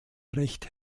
recht